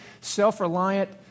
self-reliant